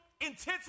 intensity